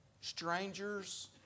strangers